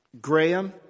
Graham